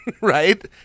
Right